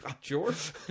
George